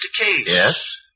Yes